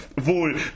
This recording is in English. Wohl